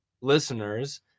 listeners